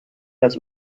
las